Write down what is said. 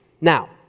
Now